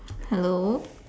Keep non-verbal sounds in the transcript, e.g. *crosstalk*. hello *laughs*